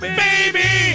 baby